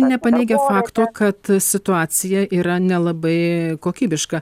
nepaneigia fakto kad situacija yra nelabai kokybiška